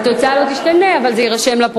ההצעה להעביר את הצעת חוק